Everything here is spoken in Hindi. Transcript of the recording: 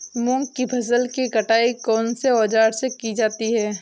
मूंग की फसल की कटाई कौनसे औज़ार से की जाती है?